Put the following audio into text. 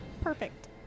Perfect